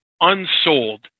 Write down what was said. unsold